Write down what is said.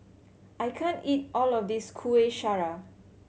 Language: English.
I can't eat all of this Kuih Syara